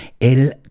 el